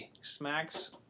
smacks